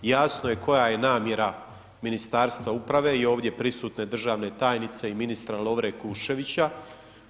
Jasno je koja je namjera Ministarstva uprave i ovdje prisutne državne tajnice i ministra Lovre Kuščevića.